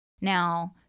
Now